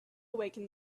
awaken